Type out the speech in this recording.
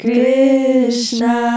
Krishna